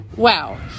Wow